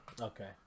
Okay